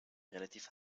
relativ